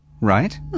right